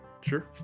sure